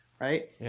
Right